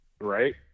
Right